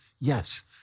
yes